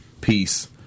peace